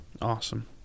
Awesome